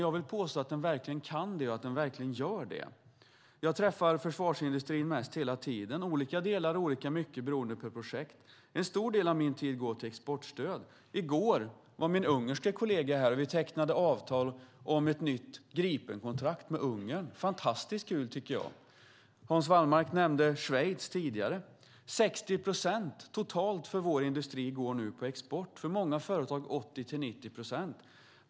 Jag påstår att den kan och gör det. Jag träffar försvarsindustrin hela tiden, olika delar olika mycket beroende på projekt. En stor del av min tid går till exportstöd. I går var min ungerska kollega här, och vi tecknade avtal om ett nytt Gripenkontrakt med Ungern. Det var fantastiskt kul. Hans Wallmark nämnde Schweiz tidigare. Av vår industri går totalt 60 procent på export. För många företag är det 80-90 procent.